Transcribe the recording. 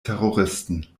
terroristen